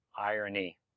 Irony